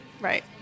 Right